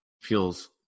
feels